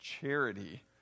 charity